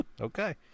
Okay